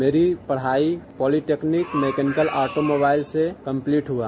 मेरी पढ़ाई polytechnic mechanical automobile से कम्पलीट हुई